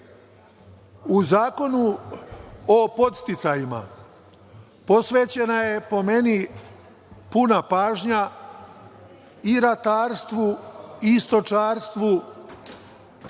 Zakonu o podsticajima posvećena je, po meni, puna pažnja i ratarstvu i stočarstvu